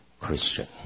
Christian